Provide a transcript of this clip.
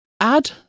add